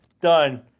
done